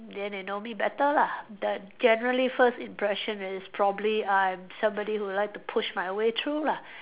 then they know me better lah the generally first impression is probably I'm somebody who like to push my way through lah